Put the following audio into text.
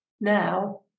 now